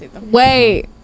wait